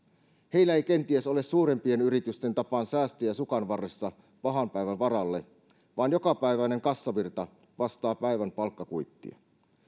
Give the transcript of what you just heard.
heillä ei kenties ole suurempien yritysten tapaan säästöjä sukanvarressa pahan päivän varalle vaan jokapäiväinen kassavirta vastaa päivän palkkakuittia